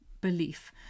belief